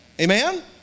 Amen